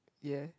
yea